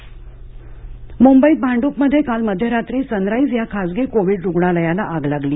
भांडप आग मुंबईत भांडूपमध्ये काल मध्यरात्री सनराईज या खासगी कोविड रुग्णालयाला आग लागली